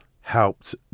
helped